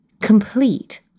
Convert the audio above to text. complete